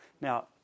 now